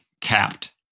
capped